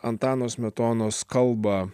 antano smetonos kalbą